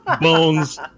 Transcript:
bones